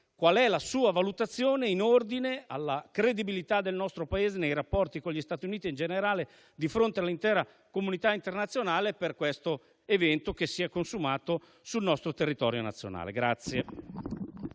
qual è la sua valutazione in ordine alla credibilità del nostro Paese nei rapporti con gli Stati Uniti e in generale di fronte all'intera comunità internazionale per questo evento che si è consumato sul nostro territorio nazionale.